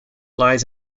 lies